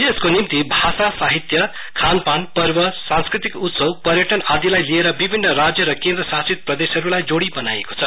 यसको निम्ति भाषा साहित्य खानपानपर्वसांस्कृतिक उत्सव पर्यटन आदिलाई लिएर विभिन्न राज्य र केन्द्र शासित प्रदेशहरुलाई जोड़ी बनाइएको छ